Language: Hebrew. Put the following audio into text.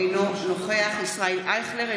אינו נוכח ישראל אייכלר,